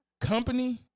company